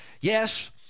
yes